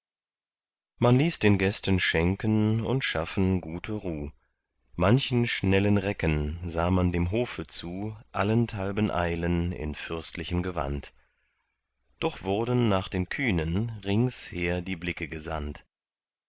man ließ den gästen schenken und schaffen gute ruh manchen schnellen recken sah man dem hofe zu allenthalben eilen in fürstlichem gewand doch wurden nach den kühnen ringsher die blicke gesandt